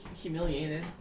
humiliated